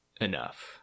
enough